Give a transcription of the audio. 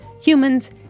humans